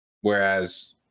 Whereas